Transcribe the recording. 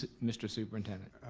ah mr. superintendent?